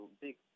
big